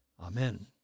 Amen